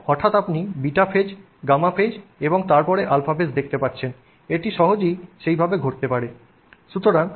এবং হঠাৎ আপনি β ফেজ β phase γ ফেজ γ phase এবং তারপরে α ফেজ α phase দেখতে পাচ্ছেন এটি সহজেই সেইভাবে ঘটতে পারে